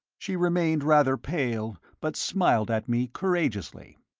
she remained rather pale, but smiled at me courageously.